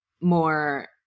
more